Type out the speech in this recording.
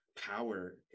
power